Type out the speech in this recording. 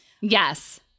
Yes